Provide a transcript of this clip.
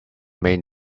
main